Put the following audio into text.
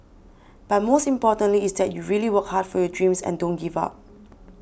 but most importantly is that you really work hard for your dreams and don't give up